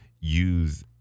use